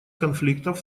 конфликтов